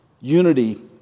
Unity